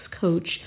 coach